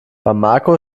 bamako